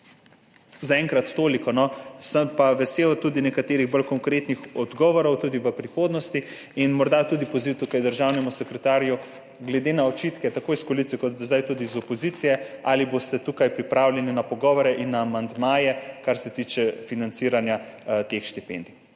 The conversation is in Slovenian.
Zaenkrat toliko, sem pa vesel tudi nekaterih bolj konkretnih odgovorov tudi v prihodnosti in morda tudi poziv tukaj državnemu sekretarju glede na očitke, tako iz koalicije kot do zdaj tudi iz opozicije, ali boste tukaj pripravljeni na pogovore in na amandmaje, kar se tiče financiranja teh štipendij.